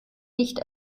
nicht